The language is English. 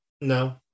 no